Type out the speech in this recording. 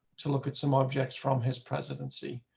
to look at some objects from his presidency,